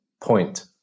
point